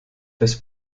des